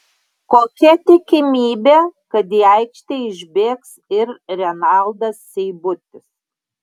kokia tikimybė kad į aikštę išbėgs ir renaldas seibutis